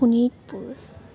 Sonitpur